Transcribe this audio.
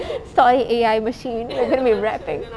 sorry A_I machine and then we rapping